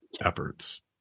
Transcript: efforts